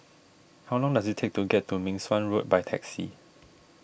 how long does it take to get to Meng Suan Road by taxi